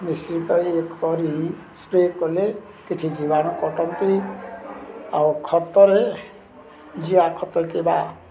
ମିଶ୍ରିତ ଏକ କରି ସ୍ପ୍ରେ କଲେ କିଛି ଜୀବାଣୁ କଟନ୍ତି ଆଉ ଖତରେ ଜିଆ ଖତ କିମ୍ବା